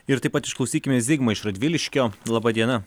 ir taip pat išklausykime zigmo iš radviliškio laba diena